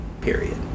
period